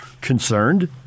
Concerned